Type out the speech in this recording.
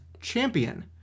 champion